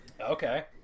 Okay